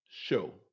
show